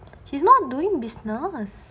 he's not doing business